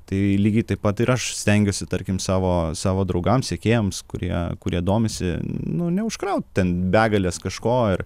tai lygiai taip pat ir aš stengiuosi tarkim savo savo draugams sekėjams kurie kurie domisi nu neužkraut ten begalės kažko ir